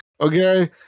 okay